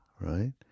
right